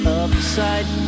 upside